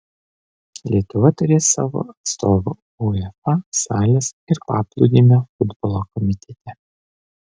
lietuva turės savo atstovą uefa salės ir paplūdimio futbolo komitete